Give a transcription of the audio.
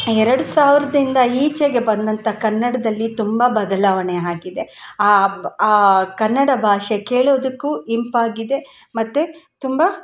ಎರಡು ಸಾವ್ರದಿಂದ ಈಚೆಗೆ ಬಂದಂಥ ಕನ್ನಡದಲ್ಲಿ ತುಂಬ ಬದಲಾವಣೆ ಆಗಿದೆ ಆ ಆ ಕನ್ನಡ ಭಾಷೆ ಕೇಳೋದಕ್ಕೂ ಇಂಪಾಗಿದೆ ಮತ್ತು ತುಂಬ